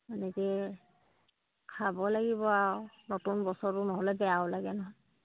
এনেকৈ খাব লাগিব আৰু নতুন বছৰতো নহ'লে বেয়াও লাগে নহয়